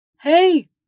Hey